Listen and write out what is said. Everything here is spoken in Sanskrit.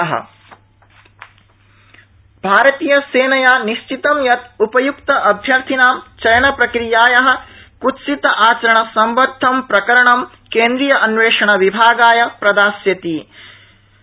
आर्मी सेलेक्शन भारतीय सेनया निश्चितं यत् उपय्क्त अभ्यर्थीनां चयनप्रक्रियाया कृत्सित आचरणसम्बद्धं प्रकरणं केन्द्रिय अन्वेषणविभागाय प्रदास्यति इति